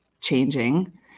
changing